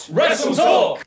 WrestleTalk